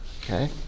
Okay